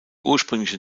ursprüngliche